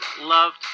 loved